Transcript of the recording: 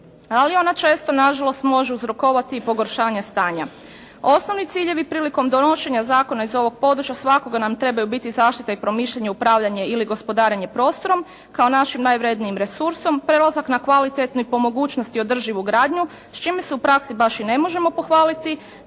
ali ona često na žalost može uzrokovati i pogoršanje stanja. Osnovni ciljevi prilikom donošenja zakona iz ovog područja svakako nam trebaju biti zaštita i promišljanje, upravljanje ili gospodarenje prostorom kao našim najvrednijim resursom, prelazak na kvalitetnu i po mogućnosti održivu gradnju s čime se u praksi baš i ne možemo pohvaliti,